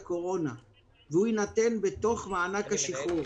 על ההחלטה הטובה והמצוינת שלהם להביא ילדים.